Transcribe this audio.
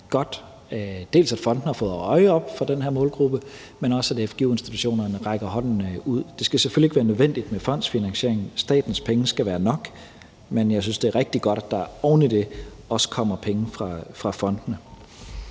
Dels at fondene har fået øjnene op for den målgruppe, men også at fgu-institutionerne rækker hånden ud. Det skal selvfølgelig ikke være nødvendigt med fondsfinansiering, for statens penge skal være nok, men jeg synes, det er rigtig godt, at der oven i det også kommer penge fra fondene.